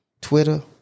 Twitter